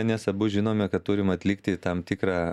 nes abu žinome kad turim atlikti tam tikrą